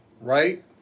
right